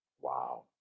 Wow